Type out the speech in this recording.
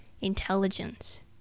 intelligence